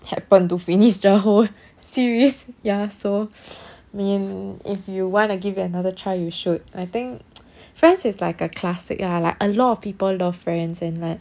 happen to finish the whole series ya so mean if you wanna give it another try you should I think friends is like a classic ah like a lot of people of friends and like